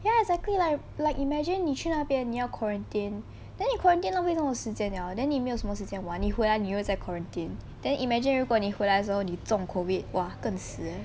ya exactly like like imagine 你去那边你要 quarantine then you quarantine then 你没有什么时间玩 then 你回来你又再 quarantine then imagine 如果你回来时候你中 COVID !wah! 更死 eh